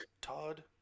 Todd